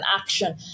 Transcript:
action